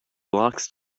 blocks